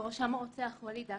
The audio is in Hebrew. בראשם הרוצח וליד דקה.